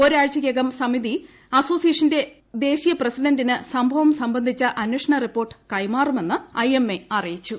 ഒരാഴ്ചയ്ക്കകം സമിതി അസോസിയേഷന്റെ ദേശീയ പ്രസിഡന്റിന് സംഭവം സംബന്ധിച്ച അന്വേഷണ റിപ്പോർട്ട് കൈമാറുമെന്ന് ഐ എം എ അറിയിച്ചു